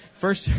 First